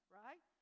right